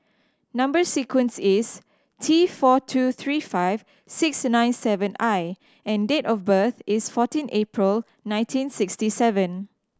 number sequence is T four two three five six nine seven I and date of birth is fourteen April nineteen sixty seven